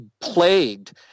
plagued